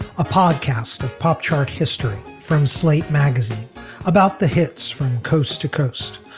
a podcast of pop chart history from slate magazine about the hits from coast to coast.